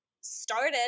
started